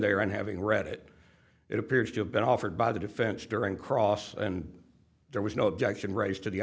there and having read it it appears to have been offered by the defense during cross and there was no objection raised to the